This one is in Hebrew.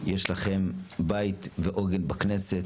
יש לכם בית ועוגן בכנסת.